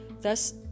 thus